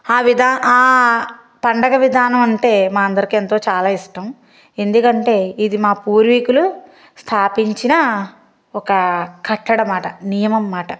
ఆ విధా పండగ విధానమంటే మాకందరికెంతో చాలా ఇష్టం ఎందుకంటే ఇది మా పూర్వీకులు స్థాపించిన ఒక కట్టడమాట నియమంమాట